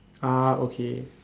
ah okay